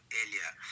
earlier